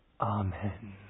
Amen